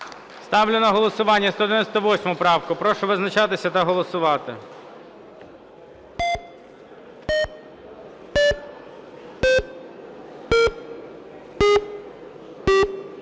Ставлю на голосування 198 правку. Прошу визначатися та голосувати.